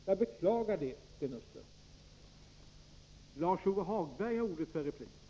Jag beklagar det, Sten Östlund.